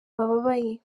bababaye